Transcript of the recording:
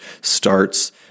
starts